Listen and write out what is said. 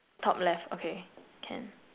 top left okay can